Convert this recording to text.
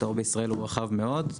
הפטור בישראל הוא רחב מאוד.